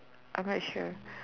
I'm not sure